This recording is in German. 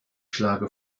schlage